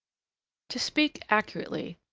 to speak accurately,